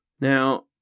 Now